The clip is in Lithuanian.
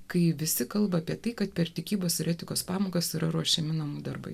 kai visi kalba apie tai kad per tikybos ir etikos pamokas yra ruošiami namų darbai